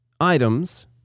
Items